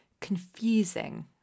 confusing